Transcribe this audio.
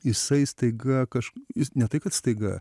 jisai staiga kaž jis ne tai kad staiga